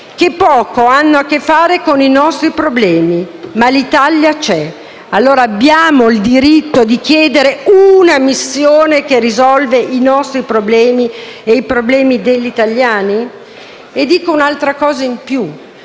che poco hanno a che fare con i nostri problemi, ma l'Italia c'è. Abbiamo, allora, il diritto di chiedere una missione che risolva i nostri problemi e i problemi degli italiani? Aggiungo un'altra considerazione.